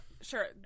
sure